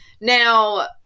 Now